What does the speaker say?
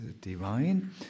divine